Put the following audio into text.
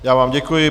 Já vám děkuji.